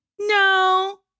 No